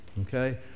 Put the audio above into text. okay